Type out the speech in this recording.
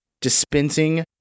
dispensing